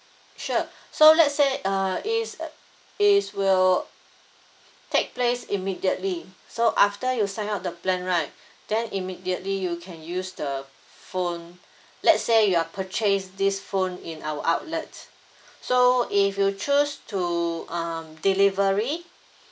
sure so let's say uh it's uh it's will take place immediately so after you sign up the plan right then immediately you can use the phone let's say you are purchase this phone in our outlet so if you choose to um delivery